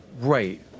Right